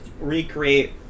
recreate